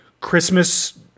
Christmas